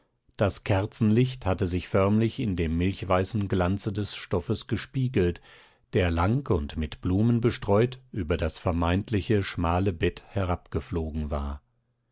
das kerzenlicht hatte sich förmlich in dem milchweißen glanze des stoffes gespiegelt der lang und mit blumen bestreut über das vermeintliche schmale bett herabgeflogen war